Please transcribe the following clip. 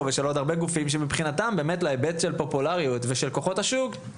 ולגרום לזה שאותה מציאות שאתה מדבר עליה,